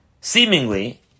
Seemingly